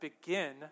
begin